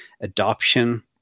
adoption